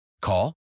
Call